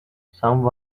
some